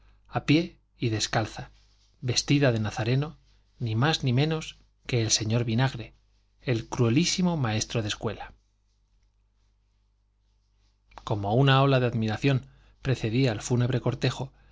a pie y descalza vestida de nazareno ni más ni menos que el señor vinagre el cruelísimo maestro de escuela como una ola de admiración precedía al fúnebre cortejo